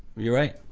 you're right.